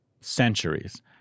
centuries